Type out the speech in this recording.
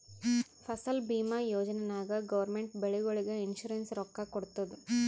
ಫಸಲ್ ಭೀಮಾ ಯೋಜನಾ ನಾಗ್ ಗೌರ್ಮೆಂಟ್ ಬೆಳಿಗೊಳಿಗ್ ಇನ್ಸೂರೆನ್ಸ್ ರೊಕ್ಕಾ ಕೊಡ್ತುದ್